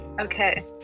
Okay